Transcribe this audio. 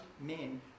men